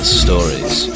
stories